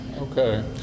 Okay